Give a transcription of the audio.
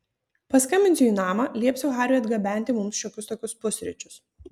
paskambinsiu į namą liepsiu hariui atgabenti mums šiokius tokius pusryčius